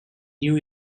new